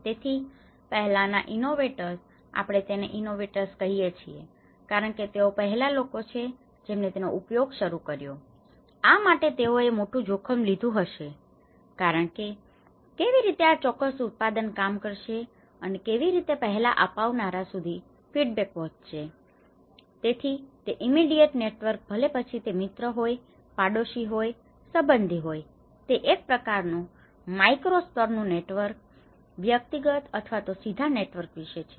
તેથી પહેલાના ઇનોવેટર્સ આપણે તેને ઇનોવેટર્સ કહીએ છીએ કારણ કે તેઓ પહેલા લોકો છે જેમને તેનો ઉપયોગ શરુ કર્યો આ માટે તેઓએ મોટું જોખમ લીધું હશે કારણ કે કેવી રીતે આ ચોક્કસ ઉત્પાદન કામ કરશે અને કેવી રીતે પહેલા અપનાવનારા સુધી ફીડબેક પહોંચશે તેથી તે ઈમિડિએટ નેટવર્ક ભલે પછી તે મિત્ર હોય તે પાડોશી હોય તે સંબંધી હોય તે એક પ્રકાર નું માઈક્રો સ્તર નું નેટવર્ક વ્યક્તિગત અથવા તો સીધા નેટવર્ક વિશે છે